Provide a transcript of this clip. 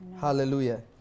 Hallelujah